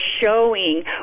showing